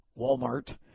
walmart